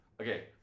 okay